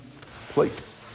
place